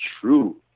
true